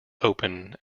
open